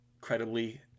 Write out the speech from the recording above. credibly